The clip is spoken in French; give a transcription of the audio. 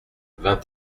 vingt